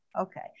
Okay